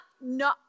no